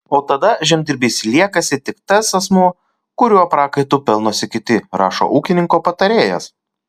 o tada žemdirbys liekasi tik tas asmuo kurio prakaitu pelnosi kiti rašo ūkininko patarėjas